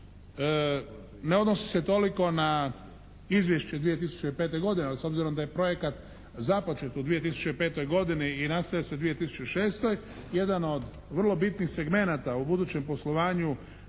ne odnosi se toliko na Izvješće 2005. godine, ali s obzirom da je projekat započet u 2005. godini i nastavlja se u 2006., jedan od vrlo bitnih segmenata u budućem poslovanju